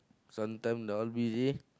sometime they all busy